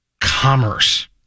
commerce